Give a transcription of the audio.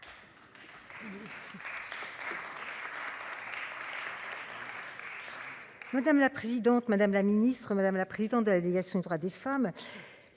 Madame la présidente, madame la ministre, madame la présidente de la délégation droits des femmes.